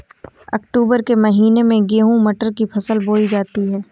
अक्टूबर के महीना में गेहूँ मटर की फसल बोई जाती है